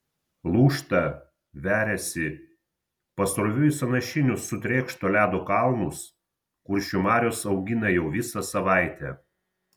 lūžta veriasi pasroviui sąnašinius sutrėkšto ledo kalnus kuršių marios augina jau visą savaitę